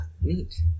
Neat